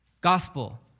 Gospel